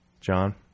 John